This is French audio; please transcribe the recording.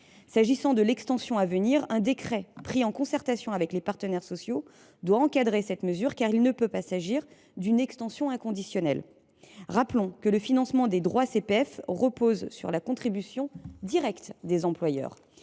S’agissant de l’extension à venir, un décret pris en concertation avec les partenaires sociaux doit encadrer cette mesure, car il ne peut pas s’agir d’une extension inconditionnelle. Rappelons que le financement des droits CPF repose sur la contribution directe des employeurs.